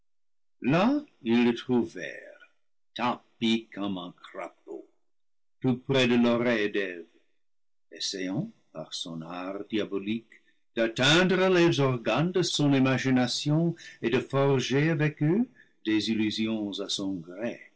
cherchaient là ils le trouvèrent tapi comme un crapaud tout près de l'oreille d'eve essayant par son art diabolique d'atteindre les organes de son imagination et de forger avec eux des illusions à son gré